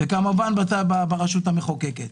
וכמובן ברשות המחוקקת.